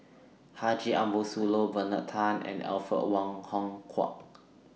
Haji Ambo Sooloh Bernard Tan and Alfred Wong Hong Kwok